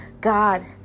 God